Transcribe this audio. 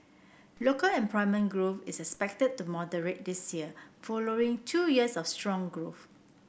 local employment growth is expected to moderate this year following two years of strong growth